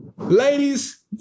Ladies